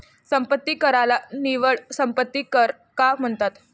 संपत्ती कराला निव्वळ संपत्ती कर का म्हणतात?